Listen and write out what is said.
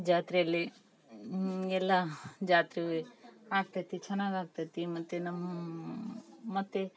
ಜಾತ್ರೆಯಲ್ಲಿ ಎಲ್ಲ ಜಾತ್ರೆವ್ವೆ ಆಗ್ತೈತಿ ಚೆನ್ನಾಗ್ ಆಗ್ತೈತಿ ಮತ್ತು ನಮ್ಮ ಮತ್ತು